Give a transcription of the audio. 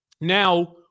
Now